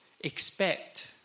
Expect